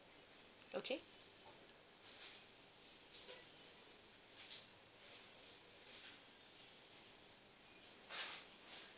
okay